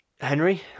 Henry